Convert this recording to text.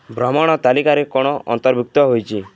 ଭ୍ରମଣ ତାଲିକାରେ କ'ଣ ଅନ୍ତର୍ଭୂକ୍ତ ହେଇଛି